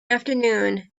afternoon